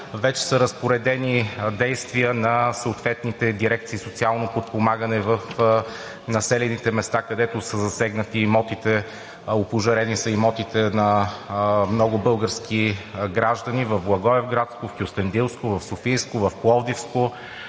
вече са разпоредени действия на съответните дирекции „Социално подпомагане“ в населените места, където са засегнати имотите – опожарени са имотите на много български граждани в Благоевградско, в Кюстендилско, в Софийско, в Пловдивско.